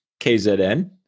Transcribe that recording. KZN